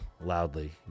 Loudly